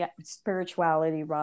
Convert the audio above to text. spirituality